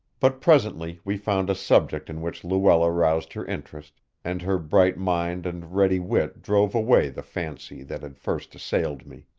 but presently we found a subject in which luella roused her interest, and her bright mind and ready wit drove away the fancy that had first assailed me.